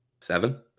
Seven